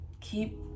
keep